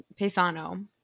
Pesano